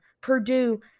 Purdue –